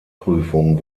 prüfung